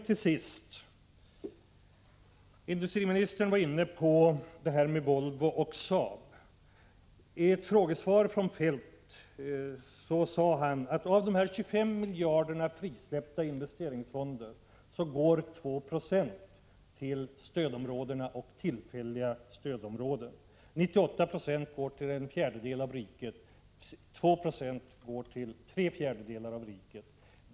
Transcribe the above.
Till sist: Industriministern var inne på detta med Volvo och SAAB. I ett frågesvar sade Feldt att av de 25 miljarderna i frisläppta investeringsfonder går 2 Ze till stödområdena och tillfälliga stödområden. 98 26 går till en fjärdedel av riket, och 2 20 går till tre fjärdedelar av riket.